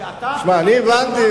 אני הבנתי